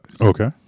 Okay